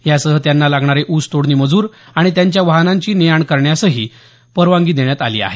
यासह त्यांना लागणारे ऊस तोडणी मजूर आणि त्यांच्या वाहनांची ने आण करण्यासही देखील परवानगी देण्यात आली आहे